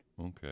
Okay